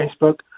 Facebook